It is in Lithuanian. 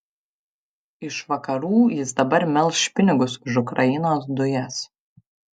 iš vakarų jis dabar melš pinigus už ukrainos dujas